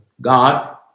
God